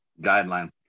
guidelines